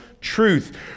truth